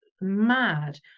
mad